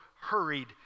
hurried